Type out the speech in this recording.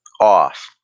off